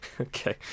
Okay